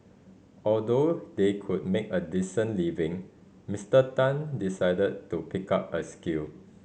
although they could make a decent living Mister Tan decided to pick up a skill